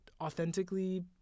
authentically